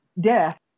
death